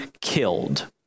killed